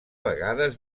vegades